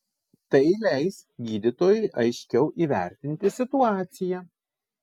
tai leis gydytojui aiškiau įvertinti situaciją